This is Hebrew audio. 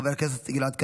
חבר הכנסת גלעד קריב,